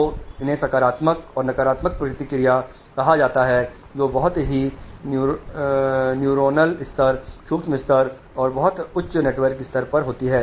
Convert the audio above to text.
तो इन्हें सकारात्मक और नकारात्मक प्रतिक्रिया कहा जाता है जो बहुत ही न्यूरोनल स्तर सूक्ष्म स्तर और बहुत उच्च नेटवर्क स्तर पर होती हैं